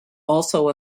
also